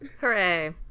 hooray